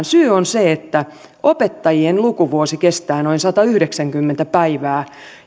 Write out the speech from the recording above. syy on se että opettajien lukuvuosi kestää noin satayhdeksänkymmentä päivää